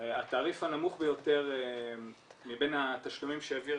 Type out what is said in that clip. התעריף הנמוך ביותר מבין התשלומים שהעביר